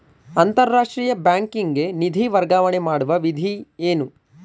ಅಂತಾರಾಷ್ಟ್ರೀಯ ಬ್ಯಾಂಕಿಗೆ ನಿಧಿ ವರ್ಗಾವಣೆ ಮಾಡುವ ವಿಧಿ ಏನು?